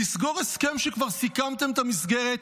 לסגור הסכם כשכבר סיכמתם את המסגרת